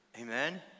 Amen